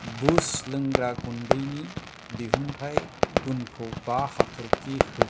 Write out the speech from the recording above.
boost लोंग्रा गुन्दैनि दिहुनथाइ गुनखौ बा हाथरखि हो